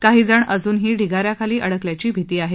काहीजण अजूनही ढिगाऱ्याखाली अडकल्याची भिती आहे